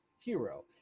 hero